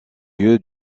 lieu